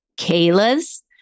Kayla's